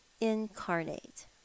incarnate